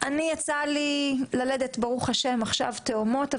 יצא לי ללדת ברוך השם עכשיו תאומות,